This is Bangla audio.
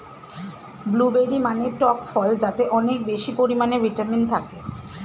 ব্লুবেরি মানে টক ফল যাতে অনেক বেশি পরিমাণে ভিটামিন থাকে